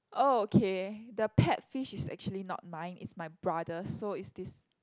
oh okay the pet fish is actually not mine it's my brother so it's this